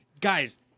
Guys